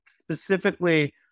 specifically